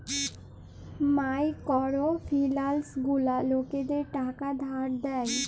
micro ফিলালস গুলা লকদের টাকা ধার দেয়